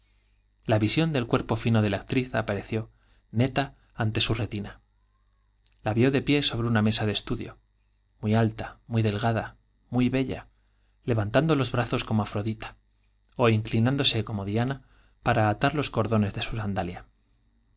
la visión del cuerpo fino de la actriz apareció neta ante su retina la vió de pie sobre una mesa de estudio muy alta muy delgada muy bella levantando los bra zos como afrodita ó inclinándose como diana para atar los cordones de su sandalia